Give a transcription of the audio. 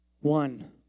One